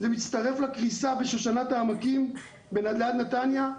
זה מצטרף לקריסה בשושנת העמקים, ליד נתניה,